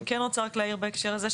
אני כן רוצה רק להעיר בהקשר הזה,